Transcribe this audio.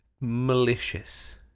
malicious